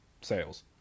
sales